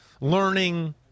learning